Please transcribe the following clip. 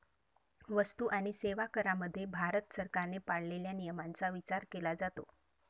वस्तू आणि सेवा करामध्ये भारत सरकारने पाळलेल्या नियमांचा विचार केला जातो